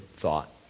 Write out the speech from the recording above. thought